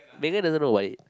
Megan doesn't know about it